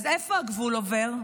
אז איפה הגבול עובר?